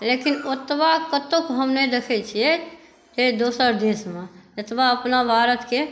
लेकिन ओतबा कतौक हम नहि देख़ै छियै छै फेर दोसर देशमे जतबा अपना भारतकेॅं